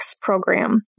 program